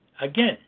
Again